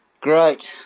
Great